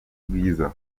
bwiza